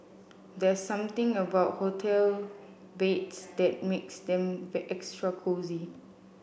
there's something about hotel beds that makes them extra cosy